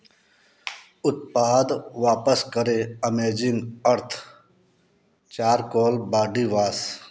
उत्पाद वापस करें अमेजिंग अर्थ चारकोल बाडी वास